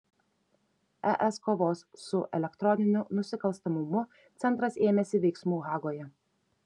es kovos su elektroniniu nusikalstamumu centras ėmėsi veiksmų hagoje